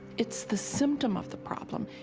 it's the symptom of the problem.